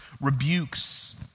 rebukes